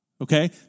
okay